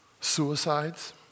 Suicides